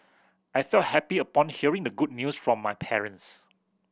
I felt happy upon hearing the good news from my parents